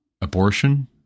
abortion